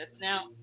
Now